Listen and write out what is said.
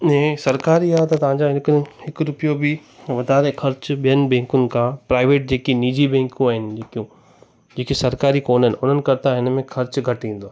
अने सरकारी आहे त तव्हांजा हिन को हिकु रुपयो बि वधारे ख़र्चु ॿियनि बैंकुनि खां प्राइवेट जेकी निजी बैंकूं आहिनि जेकियूं जेके सरकारी कोन्हनि उन्हनि खां त इन में ख़र्चु घटि ईंदो आहे